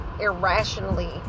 irrationally